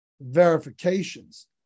verifications